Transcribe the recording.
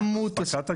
באספקת הגז.